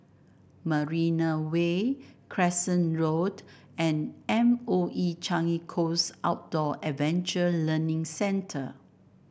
Marina Way Crescent Road and M O E Changi Coast Outdoor Adventure Learning Centre